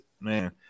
man